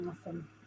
Awesome